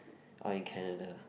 or in Canada